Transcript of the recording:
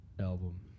album